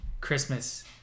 Christmas